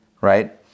right